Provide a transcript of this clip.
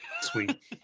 Sweet